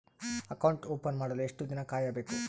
Account open ಮಾಡಲು ಎಷ್ಟು ದಿನ ಕಾಯಬೇಕು?